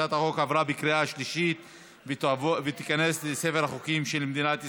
הצעת החוק עברה בקריאה שלישית ותיכנס לספר החוקים של מדינת ישראל.